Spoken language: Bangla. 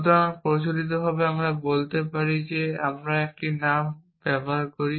সুতরাং প্রচলিতভাবে আমরা বলতে পারি যে আমরা একটি নাম ব্যবহার করি